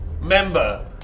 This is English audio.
member